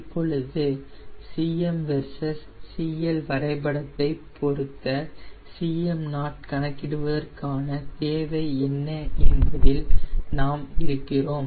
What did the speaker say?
இப்பொழுது Cm versus CL வரைபடத்தை பொருத்த Cm0 கணக்கிடுவதற்கான தேவை என்ன என்பதில் நாம் இருக்கிறோம்